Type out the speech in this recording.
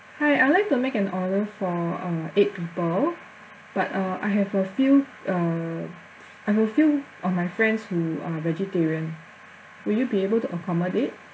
hi I would like to make an order for uh eight people but uh I have a few uh I have a few of my friends who are vegetarian will you be able to accommodate